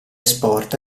sport